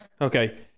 okay